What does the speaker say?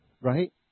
right